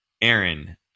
Aaron